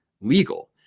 legal